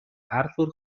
arthur